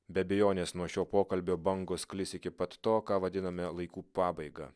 be abejonės nuo šio pokalbio bangos sklis iki pat to ką vadiname laikų pabaiga